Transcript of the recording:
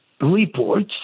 reports